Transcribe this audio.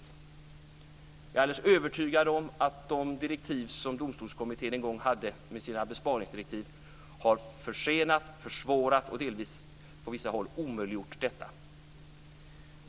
Jag är alldeles övertygad om att de besparingsdirektiv som Domstolskommittén en gång hade har försenat, försvårat och delvis på vissa håll omöjliggjort detta.